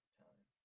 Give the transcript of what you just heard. time